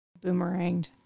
Boomeranged